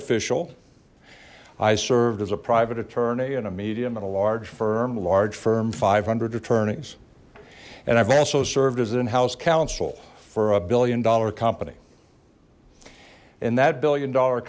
official i served as a private attorney and a medium and a large firm large firm five hundred attorneys and i've also served as an in house counsel for a billion dollar company in that billion dollar